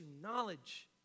knowledge